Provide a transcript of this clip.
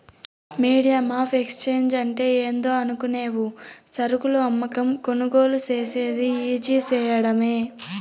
medium of exchange అంటే ఏందో అనుకునేవు సరుకులు అమ్మకం, కొనుగోలు సేసేది ఈజీ సేయడమే